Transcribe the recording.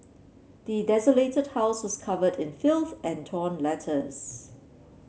the desolated house was covered in filth and torn letters